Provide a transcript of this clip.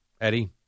Eddie